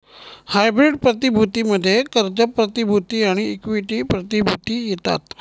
hybrid प्रतिभूती मध्ये कर्ज प्रतिभूती आणि इक्विटी प्रतिभूती येतात